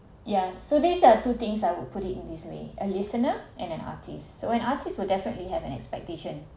yeah so this are two things I would put it in this way a listener and an artist when artists will definitely have an expectation